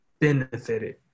benefited